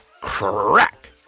crack